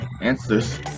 answers